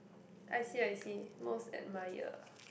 I see I see most admire